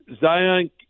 Zion